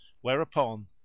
whereupon